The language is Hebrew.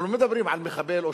אנחנו לא מדברים על מחבל או,